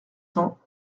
cents